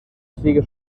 sigue